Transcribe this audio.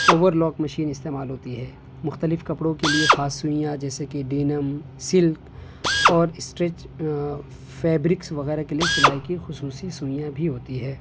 over lock machine استعمال ہوتی ہے مختلف کپڑوں کے لیے خاص سوئیاں جیسے کہ ڈینم سلک اور اسٹریچ فیبرکس وغیرہ کے لیے سلائی کی خصوصی سوئیاں بھی ہوتی ہے